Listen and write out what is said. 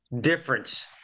difference